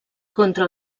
contra